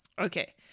Okay